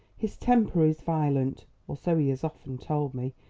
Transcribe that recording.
his temper is violent, or so he has often told me,